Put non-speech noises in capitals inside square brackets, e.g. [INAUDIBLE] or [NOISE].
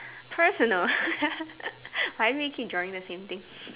personal [LAUGHS] why are we keep drawing the same thing